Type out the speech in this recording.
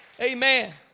Amen